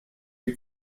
est